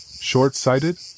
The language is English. Short-sighted